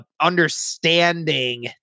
Understanding